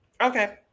Okay